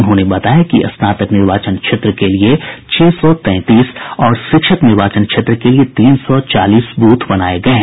उन्होंने बताया कि स्नातक निर्वाचन क्षेत्र के लिए छह सौ तैंतीस और शिक्षक निर्वाचन क्षेत्र के लिए तीन सौ चालीस बूथ बनाये गये हैं